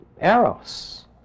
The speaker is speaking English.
eros